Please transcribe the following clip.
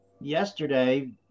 yesterday